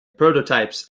prototypes